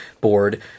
board